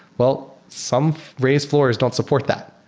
well, some raised floors don't support that.